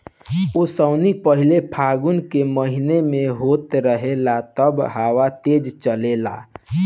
ओसौनी पहिले फागुन के महीना में होत रहे तब हवा तेज़ चलेला